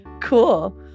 Cool